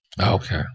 Okay